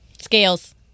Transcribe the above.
Scales